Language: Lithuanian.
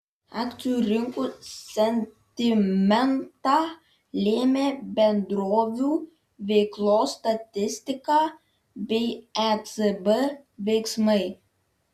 akcijų rinkų sentimentą lėmė bendrovių veiklos statistika bei ecb veiksmai